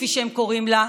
כפי שהם קוראים לה,